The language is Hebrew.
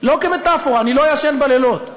לא כמטפורה, אני לא ישן בלילות.